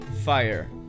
fire